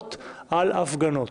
הגבלות על הפגנות.